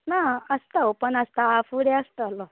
ना आस्ता ओपन आस्ता आफू डे आसतलो